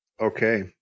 Okay